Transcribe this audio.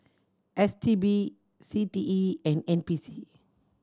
S T B C T E and N P C